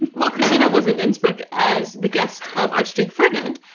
and while kristina was in innsbruck as the guest of archduke ferdinand,